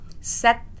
set